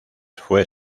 fue